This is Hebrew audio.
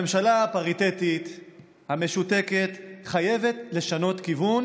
הממשלה הפריטטית המשותקת חייבת לשנות כיוון,